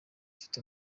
mfite